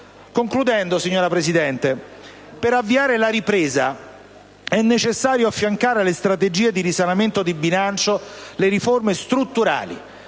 i numeri parlano chiaro. Per avviare la ripresa è necessario affiancare alle strategie di risanamento di bilancio le riforme strutturali,